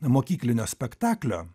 mokyklinio spektaklio